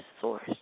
source